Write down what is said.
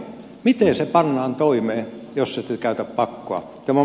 miten se pannaan toimeen jos ette käytä pakkoa